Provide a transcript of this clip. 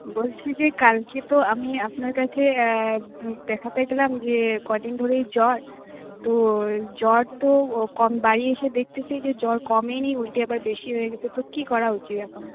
বলছি যে কালকে তো আমি আপনার কাছে দেখাতে গেলাম যে কদিন ধরেই জ্বর তো জ্বর তো ও কম বাড়ি এসে দেখতেছি যে জ্বর কমেনি উলটে আবার বেশি হয়ে গেছে তো কী করা উচিত এখন